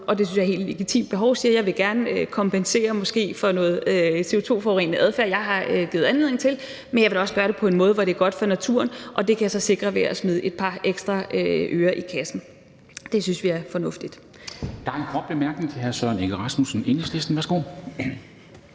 jeg synes er et helt legitimt behov: Jeg vil gerne kompensere for noget CO2-forurenende adfærd, som jeg har givet anledning til, men jeg vil da også gøre det på en måde, hvor det er godt for naturen, og det kan jeg så sikre ved at smide et par ekstra øre i kassen. Det synes vi er fornuftigt.